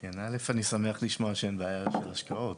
אני שמח לשמוע שאין בעיה של השקעות,